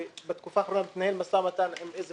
בתקופה האחרונה מתנהל משא ומתן עם איזה